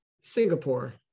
Singapore